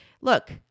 look